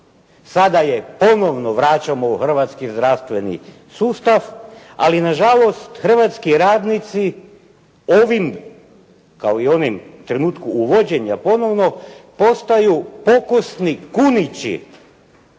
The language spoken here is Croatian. sada je ponovno vraćamo u zdravstveni sustav ali nažalost hrvatski radnici ovim kao i onim trenutku uvođenja ponovno postaju pokusni kunići